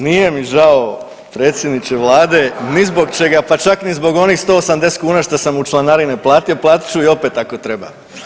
nije mi žao, predsjedniče Vlade, ni zbog čega, pa čak ni zbog onih 180 kuna što sam mu članarine platio, platit ću i opet ako treba.